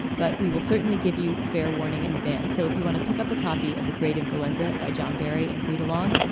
but we will certainly give you fair warning in advance. so if you want to pick up a copy of the great influenza by john barry and read along,